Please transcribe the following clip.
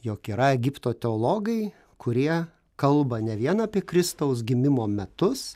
jog yra egipto teologai kurie kalba ne vien apie kristaus gimimo metus